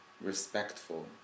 Respectful